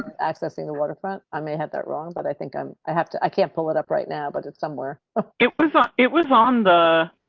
accessing the waterfront. i may have that wrong, but i think um i have to i can't pull it up right now, but it's somewhere ah it was ah it was on the.